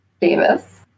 Davis